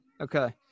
okay